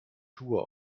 schuhe